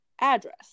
address